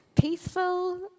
peaceful